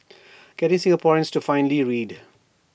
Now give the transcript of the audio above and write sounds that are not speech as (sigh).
(noise) getting Singaporeans to finally read